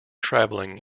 travelling